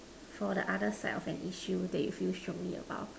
for the other side of an issue that you feel strongly about